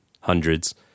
hundreds